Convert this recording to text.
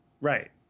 Right